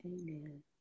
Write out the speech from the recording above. Amen